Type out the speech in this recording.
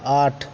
आठ